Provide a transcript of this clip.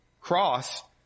cross